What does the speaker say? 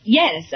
yes